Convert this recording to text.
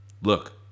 Look